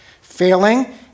Failing